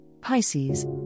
Pisces